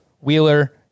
Wheeler